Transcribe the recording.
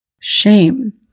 Shame